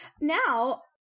now